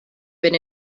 been